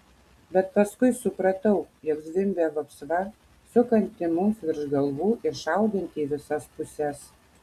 bet paskui supratau jog zvimbia vapsva sukanti mums virš galvų ir šaudanti į visas puses